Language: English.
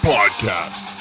Podcast